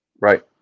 Right